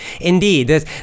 Indeed